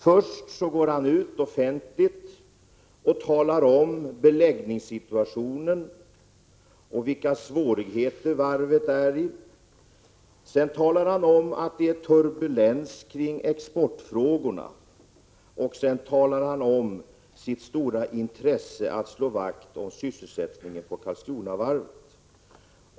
Först går Göthe Knutson ut offentligt och talar om beläggningssituationen och om vilka svårigheter varvet har. Sedan talar han om turbulens kring exportfrågorna, och därefter talar han om sitt stora intresse av att slå vakt om sysselsättningen vid Karlskronavarvet.